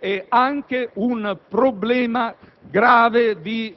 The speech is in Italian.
è anche un problema grave di mortificazione della professionalità e di